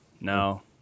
no